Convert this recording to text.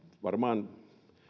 varmaan